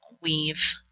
weave